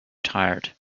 tired